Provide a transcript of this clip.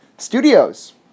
Studios